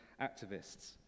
activists